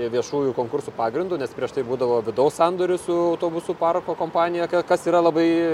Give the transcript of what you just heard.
viešųjų konkursų pagrindu nes prieš tai būdavo vidaus sandorių su autobusų parko kompanija kas yra labai